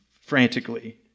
Frantically